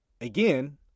Again